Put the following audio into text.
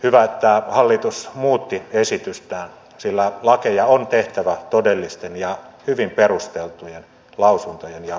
hyvä että hallitus muutti esitystään sillä lakeja on tehtävä todellisten ja hyvin perusteltujen lausuntojen ja selvitysten pohjalta